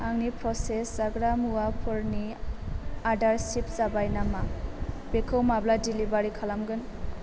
आंनि प्र'सेस जाग्रा मुवाफोरनि आदार शिप जाबाय नामा बेखौ माब्ला डेलिभारि खालामगोन